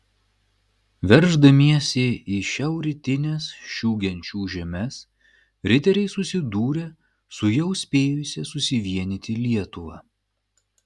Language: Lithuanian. verždamiesi į šiaurrytines šių genčių žemes riteriai susidūrė su jau spėjusia susivienyti lietuva